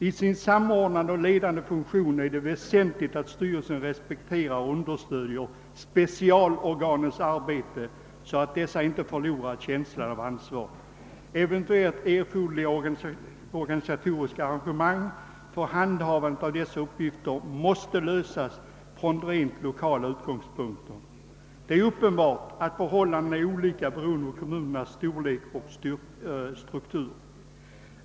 I sin samordnande och ledande funktion är det dock väsentligt att styrelsen respekterar och understöder .specialorganens arbete så att dessa inte förlorar känslan av ansvar. Eventuellt erforderliga organisatoriska arrangemang för handhavandet av dessa uppgifter måste lösas från rent lokala utgångspunkter. Det är uppenbart att förhållandena är olika beroende på kommunernas storlek och struktur.